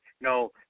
No